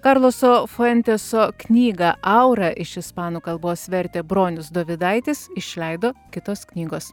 karloso fuenteso knygą aura iš ispanų kalbos vertė bronius dovydaitis išleido kitos knygos